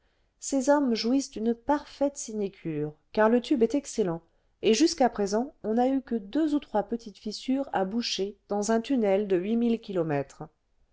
ces hommes jouissent d'une parfaite sinécure car le tube est excellent et jusqu'à présent on n'a ej que deux ou trois petites fissures à boucher dans un tunnel de kilomètres